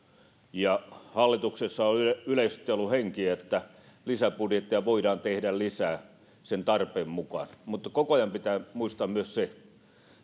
ja hallituksessa on yleisesti ollut henki että lisäbudjettia voidaan tehdä lisää tarpeen mukaan mutta koko ajan pitää muistaa myös se että